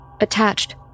Attached